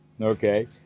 Okay